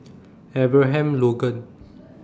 Abraham Logan